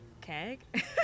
keg